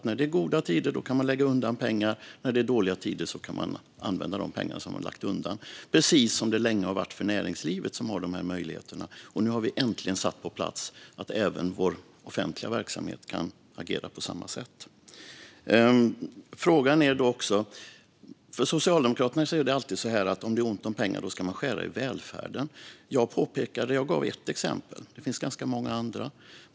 När det är goda tider kan man lägga undan pengar, och när det är dåliga tider kan man använda de pengar man har lagt undan, precis som länge varit möjligt för näringslivet. Nu har vi äntligen fått på plats att även vår offentliga verksamhet kan agera på samma sätt. För Socialdemokraterna är det alltid så att om det är ont om pengar ska man skära i välfärden. Jag gav ett exempel, och det finns ganska många andra.